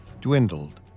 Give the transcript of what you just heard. dwindled